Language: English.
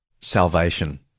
Salvation